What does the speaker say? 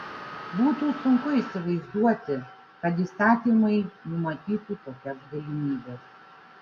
būtų sunku įsivaizduoti kad įstatymai numatytų tokias galimybes